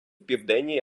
південній